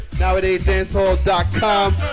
Nowadaysdancehall.com